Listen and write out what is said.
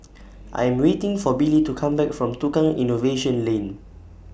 I'm waiting For Billy to Come Back from Tukang Innovation Lane